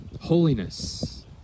holiness